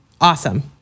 Awesome